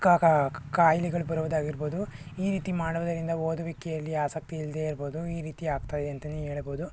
ಕ ಕಾಯಿಲೆಗಳು ಬರುವುದಾಗಿರ್ಬೋದು ಈ ರೀತಿ ಮಾಡುವುದರಿಂದ ಓದುವಿಕೆಯಲ್ಲಿ ಆಸಕ್ತಿ ಇಲ್ಲದೇ ಇರ್ಬೋದು ಈ ರೀತಿ ಆಗ್ತಾಯಿದೆ ಅಂತಲೇ ಹೇಳಬೋದು